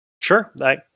sure